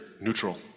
neutral